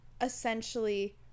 essentially